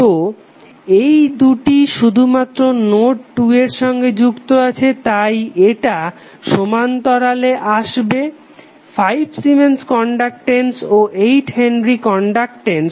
তো এই দুটি শুধুমাত্র নোড 2 এর সঙ্গে যুক্ত আছে তাই এটা সমান্তরালে আসবে 5 সিমেন্স কনডাকটেন্স ও 8 হেনরি ইনডাকটেন্স